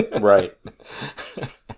Right